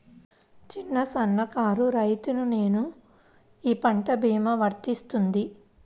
చిన్న సన్న కారు రైతును నేను ఈ పంట భీమా వర్తిస్తుంది?